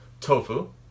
tofu